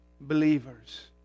believers